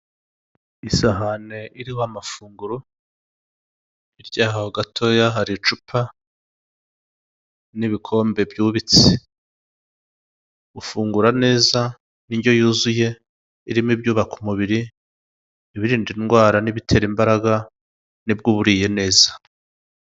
Isahani iriho amafunguro hirya yaho gatoya hakaba hari icupa n'ibikombe byubitse. Gufungura neza indyo yuzuye irimo inyubaka umubiri ibirinda indwara n'iby'ubaka umubiri nibwo uba uriye neza.